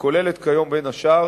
ומאפיינת כיום בין השאר